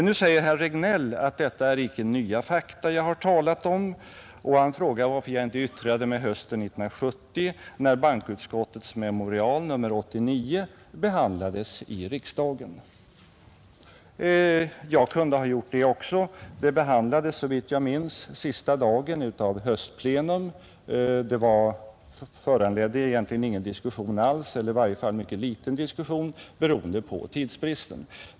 Nu säger herr Regnéll att det icke är nya fakta jag har talat om, och han frågar varför jag inte yttrade mig hösten 1970 när bankoutskottets memorial nr 89 behandlades i riksdagen. Jag kunde ha gjort det också då. Memorialet behandlades såvitt jag minns sista dagen av höstsessionen. Det föranledde på grund av tidsbristen egentligen ingen diskussion alls eller i varje fall en mycket liten diskussion.